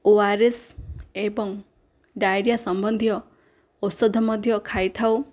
ORS ଏବଂ diarrhoea ସମ୍ବନ୍ଧୀୟ ଔଷଧ ମଧ୍ୟ ଖାଇଥାଉ